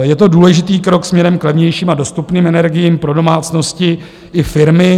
Je to důležitý krok směrem k levnějším a dostupným energiím pro domácnosti i firmy.